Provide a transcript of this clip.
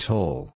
Toll